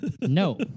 No